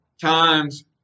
times